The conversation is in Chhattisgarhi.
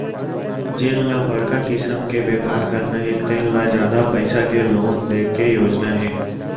जेन ल बड़का किसम के बेपार करना हे तेन ल जादा पइसा के लोन दे के योजना हे